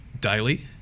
daily